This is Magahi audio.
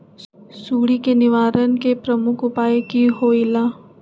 सुडी के निवारण के प्रमुख उपाय कि होइला?